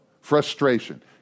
frustration